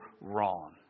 wrong